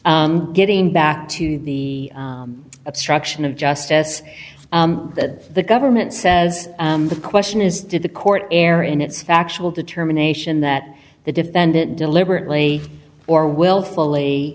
so getting back to the obstruction of justice that the government says the question is did the court err in its factual determination that the defendant deliberately or willfully